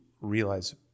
realize